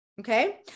Okay